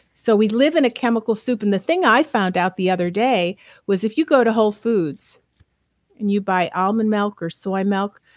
so we live in a chemical soup. and the thing i found out the other day was if you go to whole foods and you buy almond milk or soy milk,